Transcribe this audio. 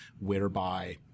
whereby –